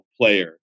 player